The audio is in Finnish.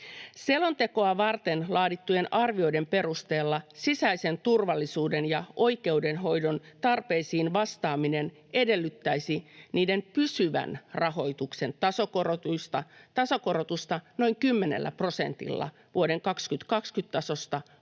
Selontekoa varten laadittujen arvioiden perusteella sisäisen turvallisuuden ja oikeudenhoidon tarpeisiin vastaaminen edellyttäisi niiden pysyvän rahoituksen tasokorotusta noin kymmenellä prosentilla vuoden 2020 tasosta vuoteen